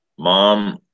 Mom